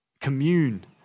commune